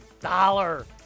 dollar